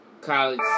college